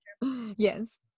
Yes